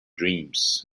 dreams